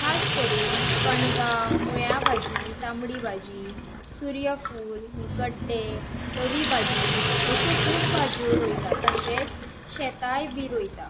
खास करून कणगां मुळ्या भाजी तांबडी भाजी सुर्यफूल गड्डे धवी भाजी अश्यो खूब भाजयो रोयतात तशेंच शेतांय बी रोयतात